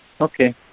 Okay